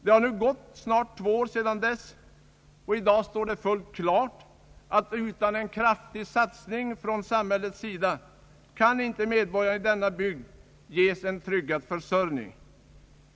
Det har nu gått snart två år sedan dess, och i dag står det fullt klart, att utan en kraftig satsning från samhällets sida kan medborgarna i denna bygd inte ges en tryggad försörjning.